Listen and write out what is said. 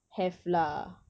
have lah